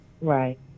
Right